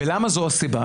ולמה זו הסיבה?